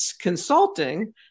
consulting